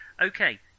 Okay